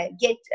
get